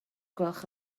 gwelwch